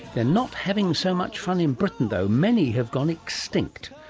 they're not having so much fun in britain though, many have gone extinct,